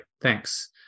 thanks